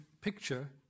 picture